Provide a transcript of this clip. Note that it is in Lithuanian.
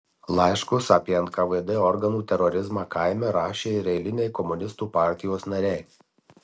laiškus apie nkvd organų terorizmą kaime rašė ir eiliniai komunistų partijos nariai